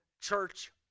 church